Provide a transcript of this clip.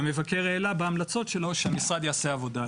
והמבקר העלה בהמלצות שלו שהמשרד יעשה עבודה.